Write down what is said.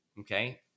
Okay